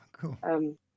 cool